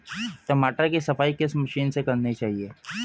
टमाटर की सफाई किस मशीन से करनी चाहिए?